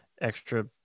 extra